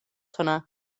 hwnna